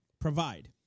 Provide